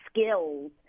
skills